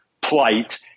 plight